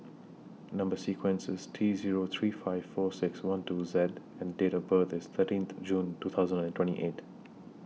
Number sequence IS T Zero three five four six one two Z and Date of birth IS thirteenth June two thousand and twenty eight